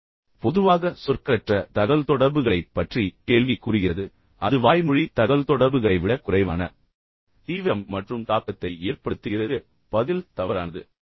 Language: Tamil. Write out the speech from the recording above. இப்போது பொதுவாக சொற்களற்ற தகவல்தொடர்புகளைப் பற்றி கேள்வி கூறுகிறது அது வாய்மொழி தகவல்தொடர்புகளை விட குறைவான தீவிரம் மற்றும் தாக்கத்தை ஏற்படுத்துகிறது பதில் தவறானது